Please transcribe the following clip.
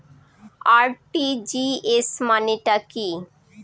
RTGS মানে টা কি?